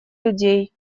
людей